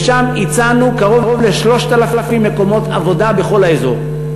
ושם הצענו קרוב ל-3,000 מקומות עבודה בכל האזור.